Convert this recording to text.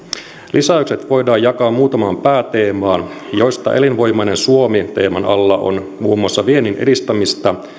lisäykset voidaan jakaa muutamaan pääteemaan joista elinvoimainen suomi teeman alla on muun muassa viennin edistämistä